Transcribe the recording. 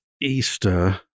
Easter